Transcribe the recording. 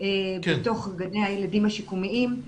בתוך גני הילדים השיקומיים.